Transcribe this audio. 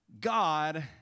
God